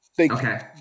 okay